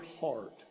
heart